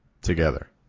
Together